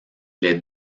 les